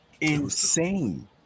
insane